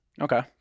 Okay